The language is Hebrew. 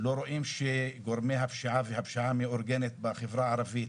לא רואים שגורמי הפשיעה והפשיעה המאורגנת בחברה הערבית